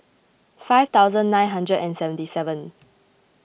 five thousand nine hundred and seventy seven